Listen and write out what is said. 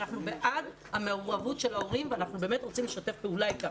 אנחנו בעד המעורבות של ההורים ואנחנו באמת רוצים לשתף פעולה איתם,